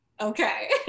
Okay